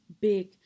big